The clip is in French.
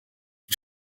ils